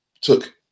took